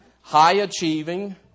high-achieving